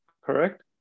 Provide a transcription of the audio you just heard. correct